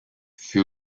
fut